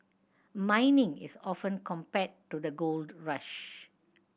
mining is often compared to the gold rush